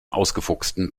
ausgefuchsten